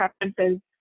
preferences